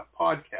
podcast